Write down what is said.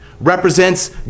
represents